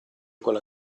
quella